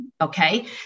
okay